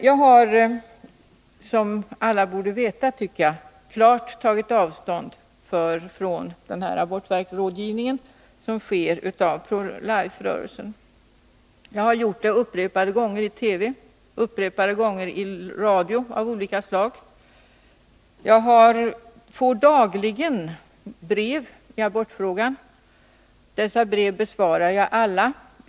Jag har, vilket alla torde veta, klart tagit avstånd från den abortrådgivning som ges av Pro Life-rörelsen. Det har jag gjort upprepade gånger i skilda radiooch TV-program. Jag får dagligen brev i abortfrågan, och jag besvarar dem alla.